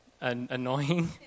annoying